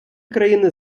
країни